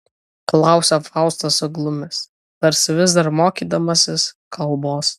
klausia faustas suglumęs tarsi vis dar mokydamasis kalbos